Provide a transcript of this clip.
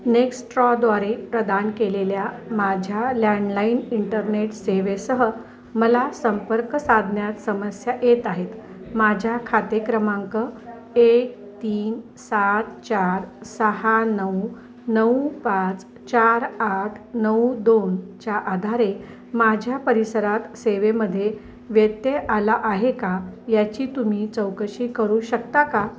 Nextra द्वारे प्रदान केलेल्या माझ्या लँडलाईन इंटरनेट सेवेसह मला संपर्क साधन्यात समस्या येत आहेत माझ्या खाते क्रमांक एक तीन सात चार सहा नऊ नऊ पाच चार आठ नऊ दोनच्या आधारे माझ्या परिसरात सेवेमध्ये व्यत्यय आला आहे का याची तुम्ही चौकशी करू शकता का